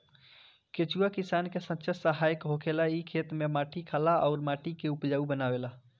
केचुआ किसान के सच्चा सहायक होखेला इ खेत में माटी खाला अउर माटी के उपजाऊ बनावेला